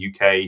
UK